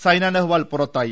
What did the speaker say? സൈന നഹ്വാൾ പുറത്തായി